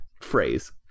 phrase